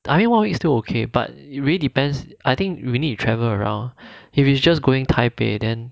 I mean one week still okay but it really depends I think we need to travel around if it's just going taipei then